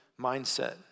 mindset